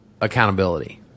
accountability